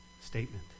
statement